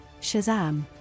Shazam